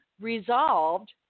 resolved